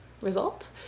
result